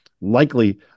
likely